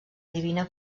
divina